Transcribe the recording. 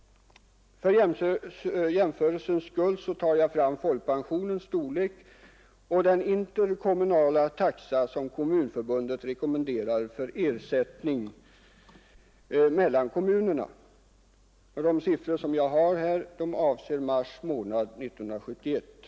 För jämförelsens skull tar jag då folkpensionsbeloppet och den interkommunala taxa som Kommunförbundet rekommenderar för ersättning mellan kommunerna. De siffror som jag här anger avser mars månad 1971.